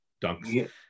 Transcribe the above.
dunks